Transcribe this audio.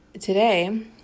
today